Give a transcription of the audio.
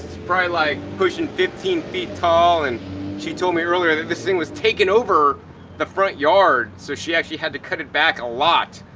probably like pushing fifteen feet tall and she told me earlier that this thing was taking over the front yard. so she actually had to cut it back a lot.